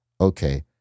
okay